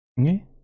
Okay